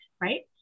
right